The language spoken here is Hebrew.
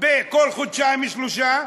כל חודשיים-שלושה,